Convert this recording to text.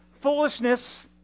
foolishness